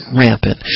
rampant